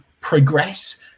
progress